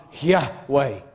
Yahweh